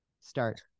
Start